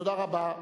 תודה רבה.